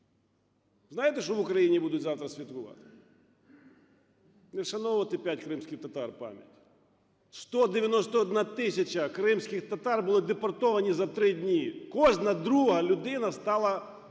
знаєте, що в Україні будуть завтра святкувати? Не вшановувати кримських татар пам'ять: 191 тисяча кримських татар були депортовані за 3 дні, кожна друга людина стала мерцем,